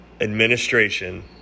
administration